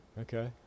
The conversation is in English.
okay